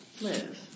live